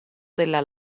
della